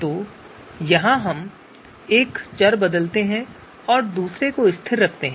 तो यहाँ हम एक चर बदलते हैं और दूसरे को स्थिर रखते हैं